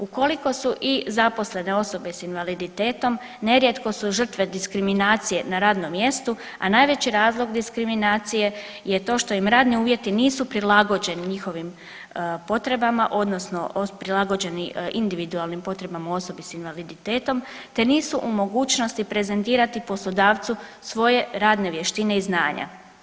Ukoliko su i zaposlene osobe sa invaliditetom nerijetko su žrtve diskriminacije na radnom mjestu, a najveći razlog diskriminacije je to što im radni uvjeti nisu prilagođeni njihovim potrebama, odnosno prilagođeni individualnim potrebama osobi sa invaliditetom, te nisu u mogućnosti prezentirati poslodavcu svoje radne vještine i znanja.